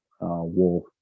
wolf